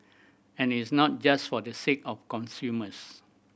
and it is not just for the sake of consumers